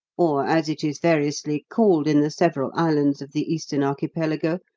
or, as it is variously called in the several islands of the eastern archipelago,